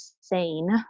sane